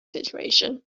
situation